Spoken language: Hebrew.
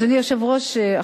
אדוני היושב-ראש,